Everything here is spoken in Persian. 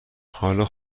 حالا